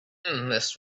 this